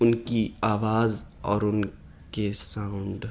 ان کی آواز اور ان کے ساؤنڈ